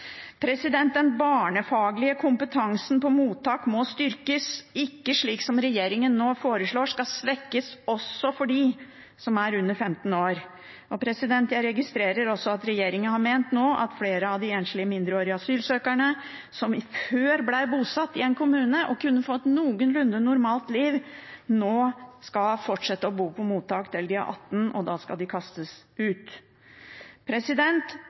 Den barnefaglige kompetansen på mottak må styrkes – ikke slik som regjeringen nå foreslår, at den skal svekkes – også for dem som er under 15 år. Jeg registrerer også at regjeringen har ment at flere av de enslige mindreårige asylsøkerne, som før ble bosatt i en kommune og kunne få et noenlunde normalt liv, nå skal fortsette å bo på mottak til de er 18 år, og da skal de kastes ut.